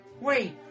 Wait